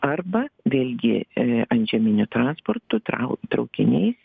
arba vėlgi antžeminiu transportu trauk traukiniais